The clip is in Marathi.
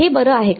हे बरं आहे का